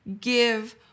give